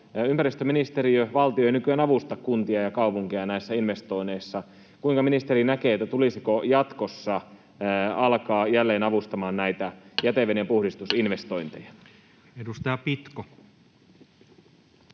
Ympäristöministeriö, valtio, ei nykyään avusta kuntia ja kaupunkeja näissä investoinneissa. Kuinka ministeri näkee: tulisiko jatkossa alkaa jälleen avustamaan näitä jätevedenpudistusinvestointeja? Edustaja Pitko.